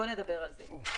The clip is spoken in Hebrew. נדבר על התוכנית הלאומית.